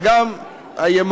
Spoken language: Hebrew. אבל גם הימני,